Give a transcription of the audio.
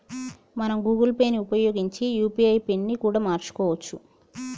మనం Google Pay ని ఉపయోగించి యూ.పీ.ఐ పిన్ ని కూడా మార్చుకోవచ్చు